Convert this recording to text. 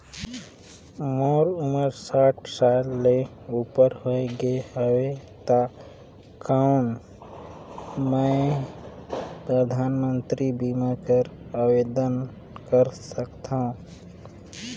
मोर उमर साठ साल ले उपर हो गे हवय त कौन मैं परधानमंतरी बीमा बर आवेदन कर सकथव?